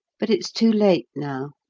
but it's too late now.